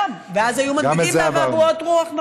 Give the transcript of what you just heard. ואז היו מדביקים באבעבועות רוח.